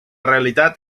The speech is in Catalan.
realitat